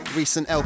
recent